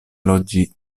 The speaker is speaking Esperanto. loĝi